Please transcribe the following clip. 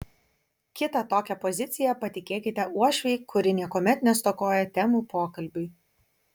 kitą tokią poziciją patikėkite uošvei kuri niekuomet nestokoja temų pokalbiui